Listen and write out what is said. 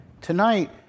Tonight